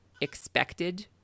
expected